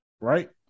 Right